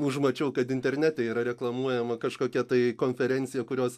užmačiau kad internete yra reklamuojama kažkokia tai konferencija kurios